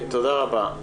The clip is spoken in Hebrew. תודה רבה.